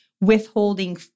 withholding